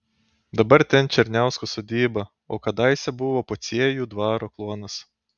dabar ten černiauskų sodyba o kadaise buvo pociejų dvaro kluonas